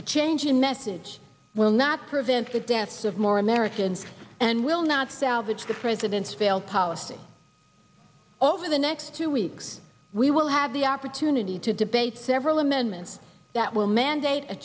a change in message will not prevent the deaths of more americans and will not salvage the president's failed policy over the next two weeks we will have the opportunity to debate several amendments that will mandate a